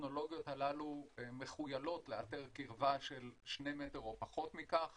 הטכנולוגיות הללו מכוילות לאתר קירבה של שני מטר או פחות מכך